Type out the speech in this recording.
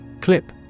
Clip